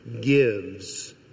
gives